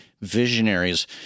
visionaries